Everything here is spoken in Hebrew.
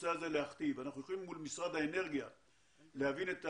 אנחנו חיים בתוך